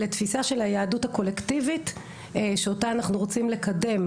לתפיסה של היהדות הקולקטיבית שאותה אנחנו רוצים לקדם,